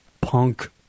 punk